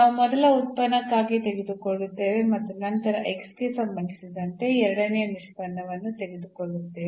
ನಾವು ಮೊದಲ ಉತ್ಪನ್ನವಾಗಿ ತೆಗೆದುಕೊಳ್ಳುತ್ತೇವೆ ಮತ್ತು ನಂತರ ಗೆ ಸಂಬಂಧಿಸಿದಂತೆ ಎರಡನೆಯ ನಿಷ್ಪನ್ನವನ್ನು ತೆಗೆದುಕೊಳ್ಳುತ್ತೇವೆ